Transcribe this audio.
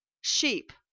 sheep